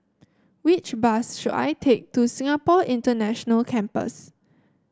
which bus should I take to Singapore International Campus